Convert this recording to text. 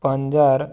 ਪੰਜ ਹਜ਼ਾਰ